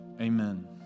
Amen